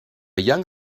young